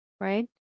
right